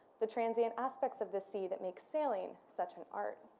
the transient aspects of the sea that makes sailing such an art.